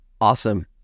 Awesome